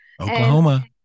Oklahoma